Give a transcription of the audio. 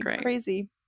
crazy